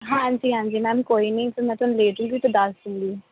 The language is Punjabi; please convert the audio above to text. ਹਾਂਜੀ ਹਾਂਜੀ ਮੈਮ ਕੋਈ ਨਹੀਂ ਫਿਰ ਮੈਂ ਤੁਹਾਨੂੰ ਲੇੈ ਜੂੰਗੀ ਅਤੇ ਦੱਸ ਦੂੰਗੀ